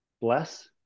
bless